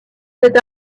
cet